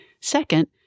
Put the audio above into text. Second